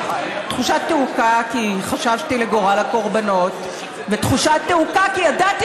תחושת תעוקה כי חששתי לגורל הקורבנות ותחושת תעוקה כי ידעתי